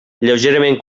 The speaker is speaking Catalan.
lleugerament